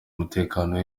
umutekano